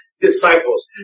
disciples